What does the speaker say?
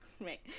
right